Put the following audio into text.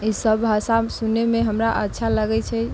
इसभ भाषा सुनैमे हमरा अच्छा लगै छै